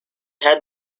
had